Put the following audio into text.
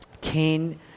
Cain